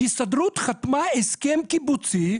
ההסתדרות חתמה על הסכם קיבוצי,